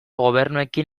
gobernuekin